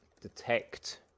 detect